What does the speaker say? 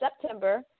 September